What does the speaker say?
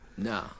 No